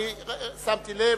אני שמתי לב.